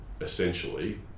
essentially